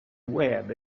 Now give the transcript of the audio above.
web